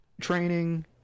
training